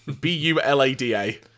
B-U-L-A-D-A